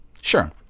Sure